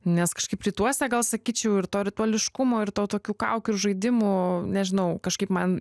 nes kažkaip rytuose gal sakyčiau ir to rituališkumo ir to tokių kaukių ir žaidimų nežinau kažkaip man